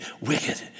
wicked